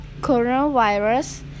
coronavirus